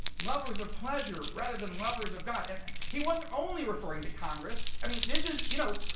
lovers of pleasure rather than lovers of god. and he wasn't only referring to congress. i mean, this is, you know